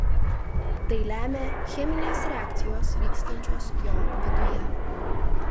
tai lemia cheminės reakcijos vykstančios jo viduje